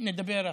נדבר אחרי.